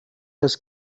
das